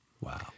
Wow